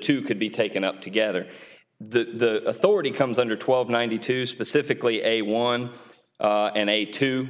two could be taken up together the authority comes under twelve ninety two specifically a one and a two